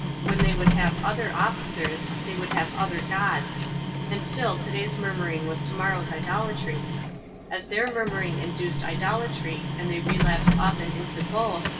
when they would have other officers, they would have other gods and still to-day's murmuring was to-morrow's idolatry as their murmuring induced idolatry, and they relapsed often into both,